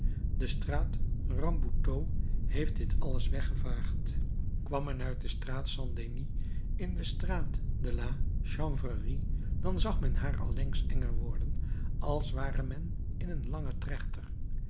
de straat rambuteau heeft dit alles weggevaagd kwam men uit de straat st denis in de straat de la chanvrerie dan zag men haar allengs enger worden als ware men in een langen trechter